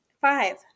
Five